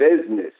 business